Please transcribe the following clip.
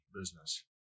business